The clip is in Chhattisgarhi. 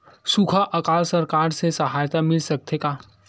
सुखा अकाल सरकार से सहायता मिल सकथे का?